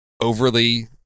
overly